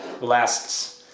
lasts